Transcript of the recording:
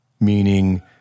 meaning